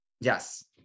Yes